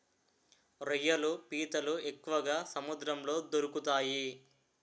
రొయ్యలు పీతలు ఎక్కువగా సముద్రంలో దొరుకుతాయి